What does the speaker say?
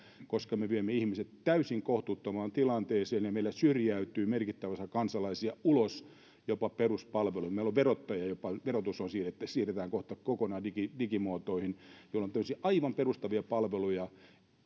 koska me viemme ihmiset täysin kohtuuttomaan tilanteeseen ja meillä syrjäytyy merkittävä osa kansalaisia ulos jopa peruspalveluista meillä jopa verotus siirretään kohta kokonaan digimuotoihin joka on tämmöisiä aivan perustavia palveluja